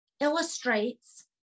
illustrates